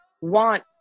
want